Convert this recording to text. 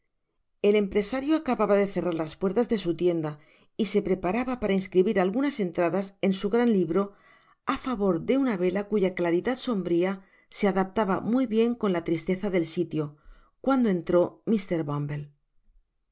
el empresario acababa de cerrar las puertas de su tienda y se preparaba para inscribir algunas entradas en su gran libro á fa yor de una vela cuya claridad sombria se adaptaba muy bien con la tristeza del sitio cuando entró